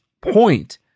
point